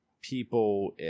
people